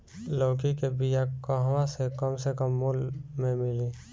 लौकी के बिया कहवा से कम से कम मूल्य मे मिली?